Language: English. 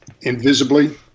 invisibly